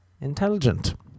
intelligent